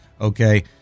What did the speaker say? Okay